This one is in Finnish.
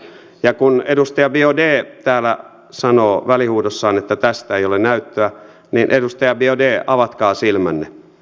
ja kun edustaja biaudet täällä sanoo välihuudossaan että tästä ei ole näyttöä niin edustaja biaudet avatkaa silmänne